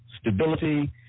stability